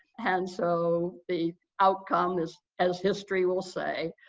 and so, the outcome is, as history will say,